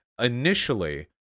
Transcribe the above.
Initially